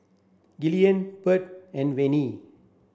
Gillian Bird and Venie